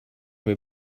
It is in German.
mir